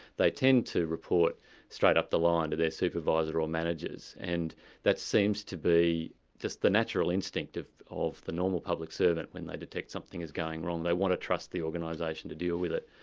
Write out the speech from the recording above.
they tend to report straight up the line to their supervisor or managers, and that seems to be just the natural instinct of of the normal public servant when they detect something is going wrong. they want to trust the organisation to deal with it,